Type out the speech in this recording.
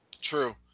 True